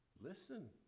listen